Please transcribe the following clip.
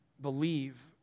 Believe